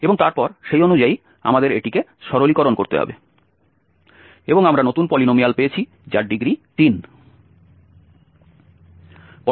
এবং তারপর সেই অনুযায়ী আমাদের এটিকে সরলীকরণ করতে হবে এবং আমরা নতুন পলিনোমিয়াল পেয়েছি যার ডিগ্রি 3